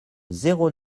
zéro